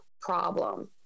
problem